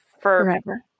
forever